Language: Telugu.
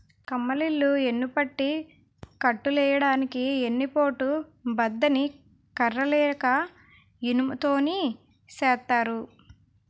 కమ్మలిల్లు యెన్నుపట్టి కట్టులెయ్యడానికి ఎన్ని పోటు బద్ద ని కర్ర లేక ఇనుము తోని సేత్తారు